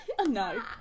No